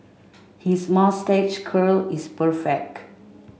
his moustache curl is perfect